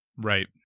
Right